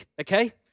Okay